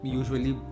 usually